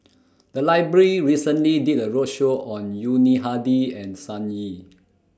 The Library recently did A roadshow on Yuni Hadi and Sun Yee